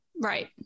Right